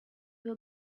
were